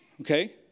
Okay